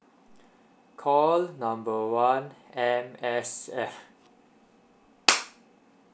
call number one M_S_F